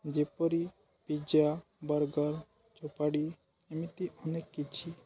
ଯେପରି pizza burger ଏମିତି ଅନେକ କିଛି